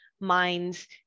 minds